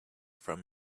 from